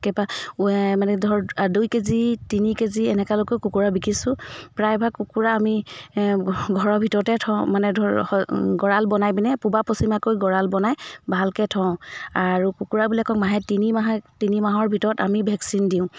কিবা মানে ধৰ দুই কেজি তিনি কেজি এনেকুৱালৈকে কুকুৰা বিকিছোঁ প্ৰায়ভাগ কুকুৰা আমি ঘৰৰ ভিতৰতে থওঁ মানে ধৰ গঁৰাল বনাই পিনে পূবা পশ্চিমাকৈ গঁৰাল বনাই ভালকৈ থওঁ আৰু কুকুৰাবিলাকক মাহে তিনি মাহে তিনি মাহৰ ভিতৰত আমি ভেকচিন দিওঁ